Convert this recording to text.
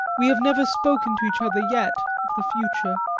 we have never spoken to each other yet of the future.